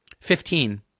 Fifteen